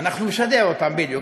אנחנו נשדר אותם, בדיוק.